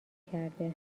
کرده